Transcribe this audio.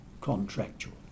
contractual